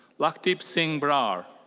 lakdeep singh brar.